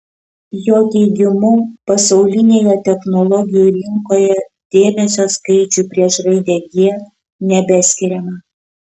jo teigimu pasaulinėje technologijų rinkoje dėmesio skaičiui prieš raidę g nebeskiriama